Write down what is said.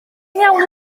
iawn